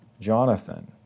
Jonathan